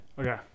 Okay